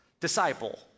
disciple